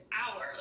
hour